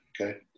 Okay